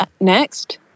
next